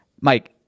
Mike